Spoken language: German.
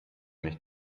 mich